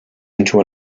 into